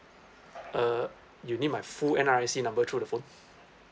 uh you need my full N_R_I_C number through the phone